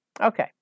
Okay